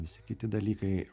visi kiti dalykai